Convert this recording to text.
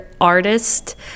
artist